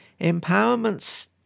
Empowerments